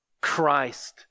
Christ